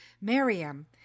Miriam